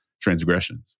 transgressions